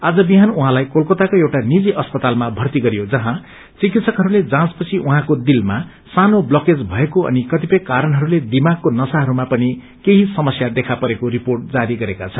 आज विहान उहाँलाई कलकताको एउटा निजी अस्पतालमा थर्ती गरियो जहाँ चिकित्सकहरूले जाँचपछि उहाँको दिलमा सोना ब्लकेज भएको अनि कतिपय कारणहरूले दिमागको नसाहरूमा पनि केही समस्या देखा परेको रिपोर्ट जारी गरेका छन्